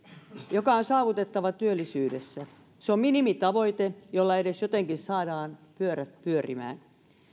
joka on saavutettava työllisyydessä se on minimitavoite jolla edes jotenkin saadaan pyörät pyörimään